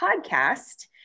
podcast